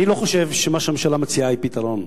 אני לא חושב שמה שהממשלה מציעה זה פתרון,